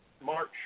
March